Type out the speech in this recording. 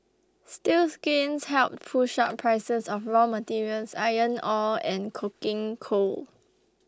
steel's gains helped push up prices of raw materials iron ore and coking coal